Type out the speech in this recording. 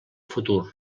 futur